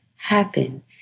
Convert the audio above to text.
happen